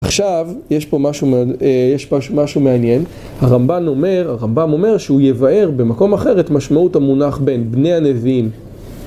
עכשיו, יש פה משהו מעניין, הרמב״ם אומר שהוא יבהר במקום אחר את משמעות המונח בין בני הנביאים